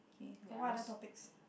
k got what other topics